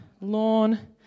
Lawn